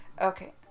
Okay